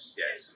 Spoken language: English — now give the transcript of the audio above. yes